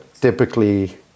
typically